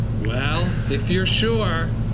well, if you're sure.